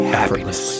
happiness